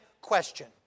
question